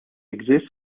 exist